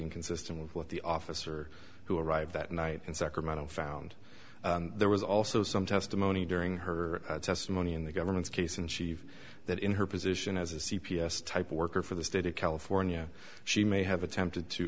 inconsistent with what the officer who arrived that night in sacramento found there was also some testimony during her testimony in the government's case and she gave that in her position as a c p s type worker for the state of california she may have attempted to